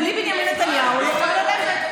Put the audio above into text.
בלי בנימין נתניהו הוא יכול ללכת.